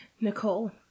Nicole